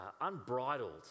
unbridled